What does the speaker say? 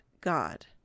God